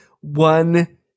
one